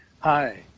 Hi